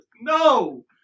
no